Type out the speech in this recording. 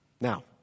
Now